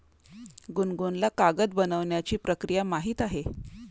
गुनगुनला कागद बनवण्याची प्रक्रिया माहीत आहे